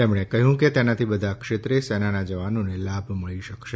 તેમણે કહ્યું કે તેનાથી બધા ક્ષેત્રે સેનાના જવાનોને લાભ મળી શકશે